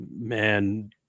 man